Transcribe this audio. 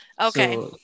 Okay